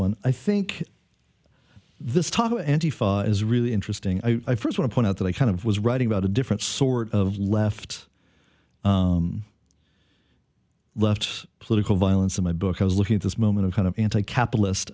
one i think this talk is really interesting i first want to point out that i kind of was writing about a different sort of left left political violence in my book i was looking at this moment of kind of anti capitalist